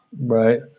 Right